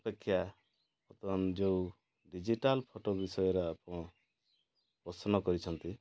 ଅପେକ୍ଷା ବର୍ତ୍ତମାନ ଯୋଉ ଡିଜିଟାଲ୍ ଫୋଟୋ ବିଷୟରେ ଆପଣ ପୋଷଣ କରିଛନ୍ତି